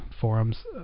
forums